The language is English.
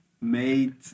made